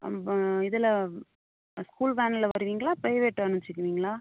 அம் இதில் ஸ்கூல் வேன்ல வருவீங்களா ப்ரைவேட் வேன் வச்சிக்குவீங்களா